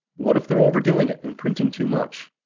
what if they are overdoing it and printing too much?